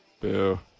Boo